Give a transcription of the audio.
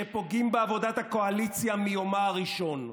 שפוגעים בעבודת הקואליציה מיומה הראשון.